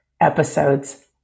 episodes